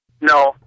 No